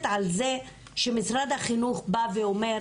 שמשרד החינוך בא ואומר,